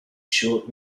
short